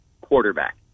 quarterback